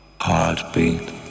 Heartbeat